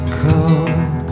cold